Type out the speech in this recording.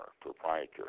proprietor